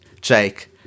Jake